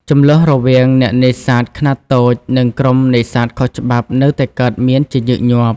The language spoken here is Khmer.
ជម្លោះរវាង អ្នកនេសាទខ្នាតតូច និងក្រុមនេសាទខុសច្បាប់នៅតែកើតមានជាញឹកញាប់។